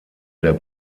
der